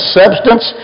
substance